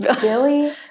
Billy